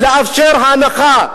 לאפשר הנחה,